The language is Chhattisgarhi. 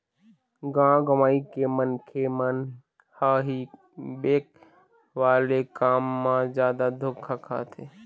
गाँव गंवई के मनखे मन ह ही बेंक वाले काम म जादा धोखा खाथे